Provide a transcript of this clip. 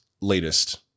latest